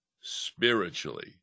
spiritually